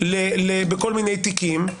בכל מיני תיקים,